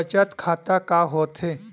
बचत खाता का होथे?